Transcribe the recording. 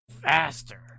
Faster